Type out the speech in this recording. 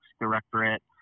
Directorate